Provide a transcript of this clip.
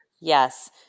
Yes